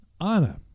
Anna